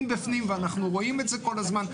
בפנים ואנחנו רואים את זה כל הזמן.